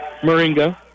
Moringa